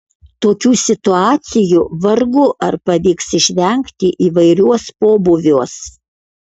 tokių situacijų vargu ar pavyks išvengti įvairiuos pobūviuos